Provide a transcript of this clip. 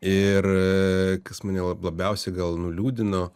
ir kas mane la labiausiai gal nuliūdino